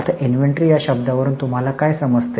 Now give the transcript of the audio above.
आता इन्व्हेंटरी या शब्दावरून तुम्हाला काय समजते